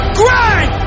grind